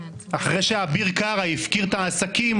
אחרי שאביר קארה הפקיר את העסקים,